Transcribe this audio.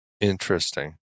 Interesting